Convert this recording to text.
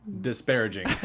disparaging